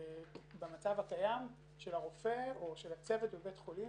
במצב הקיים של הרופא או של הצוות בבית חולים